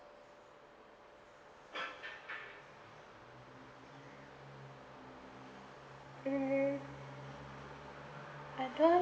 mm I don't